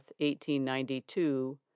1892